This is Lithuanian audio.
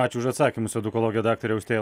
ačiū už atsakymus edukologė daktarė austėja